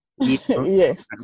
Yes